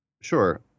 Sure